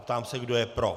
Ptám se, kdo je pro.